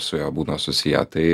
su juo būna susiję tai